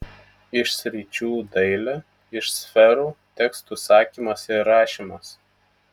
iš sričių dailė iš sferų tekstų sakymas ir rašymas